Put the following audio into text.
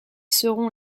seront